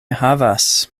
havas